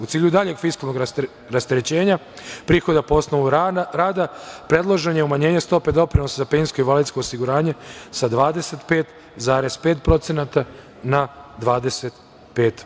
U cilju daljeg fiskalnog rasterećenja, prihoda po osnovu rada predloženo je umanjenje stope doprinosa za penzijsko-invalidsko osiguranje sa 25,5% na 25%